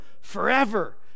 forever